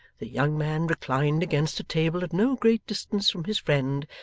the young man reclined against a table at no great distance from his friend,